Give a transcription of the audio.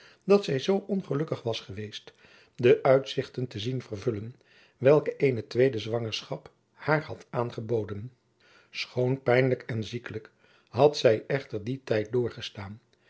dat zij zoo gelukkig was geweest de uitzichten te zien vervullen welke eene tweede zwangerschap haar had aangeboden schoon pijnlijk en ziekelijk had zij echter dien tijd doorgestaan